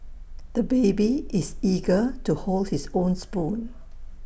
the baby is eager to hold his own spoon